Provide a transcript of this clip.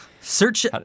Search